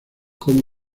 como